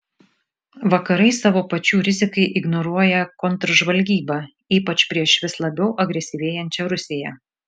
vakarai savo pačių rizikai ignoruoja kontržvalgybą ypač prieš vis labiau agresyvėjančią rusiją